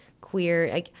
queer